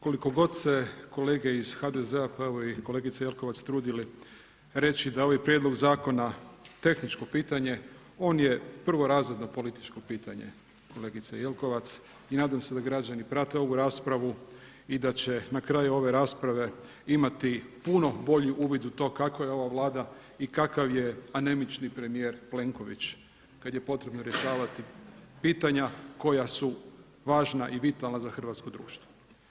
Koliko god se kolege iz HDZ-a pa evo i kolegica Jelkovac trudili reći da ovaj prijedlog zakona tehničko pitanje, on je prvorazredno političko pitanje kolegice Jelkovac i nadam se da građani prate ovu raspravu i da će na kraju ove rasprave imati puno bolji uvid u to kakva je ova Vlada i kakav je anemični premijer Plenković kada je potrebno rješavati pitanja koja su važna i vitalna za hrvatsko društvo.